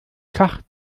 schacht